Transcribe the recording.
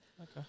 Okay